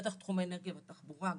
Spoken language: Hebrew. בטח תחום האנרגיה והתחבורה,